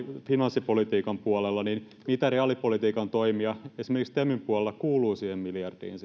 finanssipolitiikan puolella niin mitä reaalipolitiikan toimia esimerkiksi temin puolella kuuluu siihen miljardiin